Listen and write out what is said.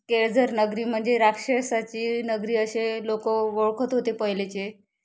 केळझर नगरी म्हणजे राक्षसाची नगरी असे लोक ओळखत होते पहिलेचे